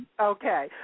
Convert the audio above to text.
Okay